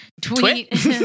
Tweet